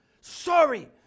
sorry